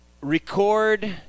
record